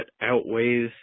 outweighs